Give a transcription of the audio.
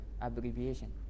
abbreviation